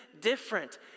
different